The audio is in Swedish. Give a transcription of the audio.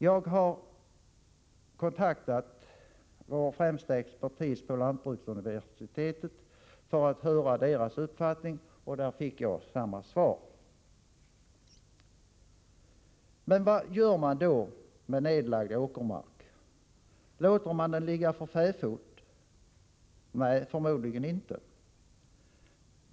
Jag har kontaktat våra främsta experter på lantbruksuniversitetet för att höra deras uppfattning, och där fick jag samma svar. Men vad gör man då med nedlagd åkermark? Låter man den ligga för fäfot? Nej, förmodligen inte.